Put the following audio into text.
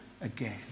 again